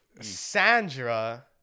Sandra